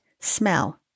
smell